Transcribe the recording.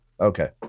Okay